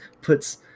puts